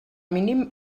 mínim